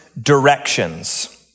directions